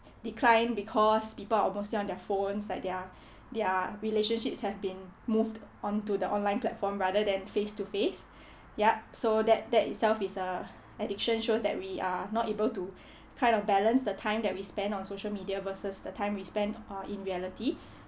declined because people are mostly on their phones like their their relationships have been moved onto the online platform rather than face to face yup so that that itself is a addiction shows that we are not able to kind of balance the time that we spend on social media versus the time we spent uh in reality